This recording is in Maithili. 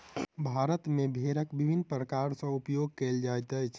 भारत मे भेड़क विभिन्न प्रकार सॅ उपयोग कयल जाइत अछि